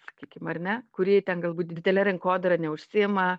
sakykim ar ne kuri ten galbūt didele rinkodara neužsiima